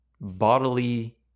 bodily